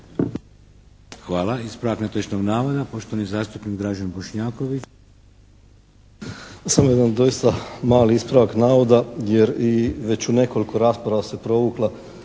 Hvala. Ispravak netočnog navoda poštovani zastupnik Dražen Bošnjaković. **Bošnjaković, Dražen (HDZ)** Samo jedan doista mali ispravak navoda jer i već u nekoliko rasprava se provukla